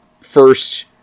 first